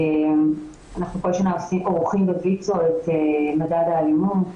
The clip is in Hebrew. אנחנו כל שנה עורכים בוויצ"ו את מדד האלימות.